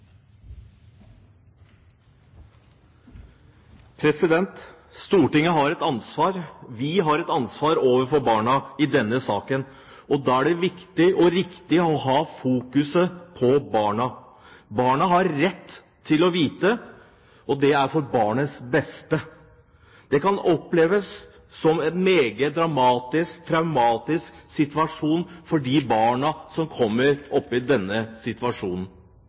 minutter. Stortinget har et ansvar. Vi har et ansvar overfor barna i denne saken, og da er det viktig og riktig å fokusere på barna. Barna har rett til å vite, og det er til barnets beste. Det kan oppleves som meget dramatisk og traumatisk for de barna som kommer opp i denne situasjonen.